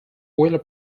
oiler